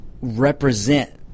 represent